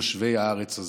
יושבי הארץ הזאת,